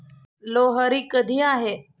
लोहरी कधी आहे?